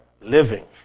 living